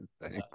Thanks